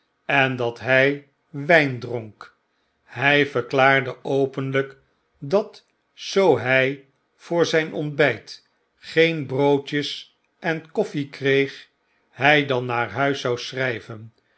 en dat hy wijn dronk hy verklaarde openlyk dat zoo hy voor zyn ontbijt geen broodjes en koffie kreeg hy dan naar huis zou schryven